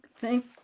thank